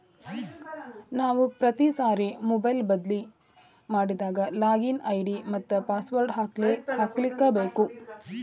ನಾವು ಪ್ರತಿ ಸಾರಿ ಮೊಬೈಲ್ ಬದ್ಲಿ ಮಾಡಿದಾಗ ಲಾಗಿನ್ ಐ.ಡಿ ಮತ್ತ ಪಾಸ್ವರ್ಡ್ ಹಾಕ್ಲಿಕ್ಕೇಬೇಕು